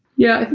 yeah.